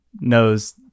knows